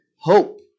hope